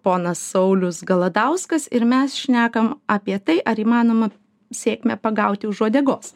ponas saulius galadauskas ir mes šnekam apie tai ar įmanoma sėkmę pagauti už uodegos